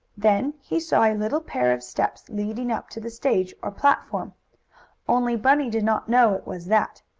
then he saw a little pair of steps leading up to the stage, or platform only bunny did not know it was that.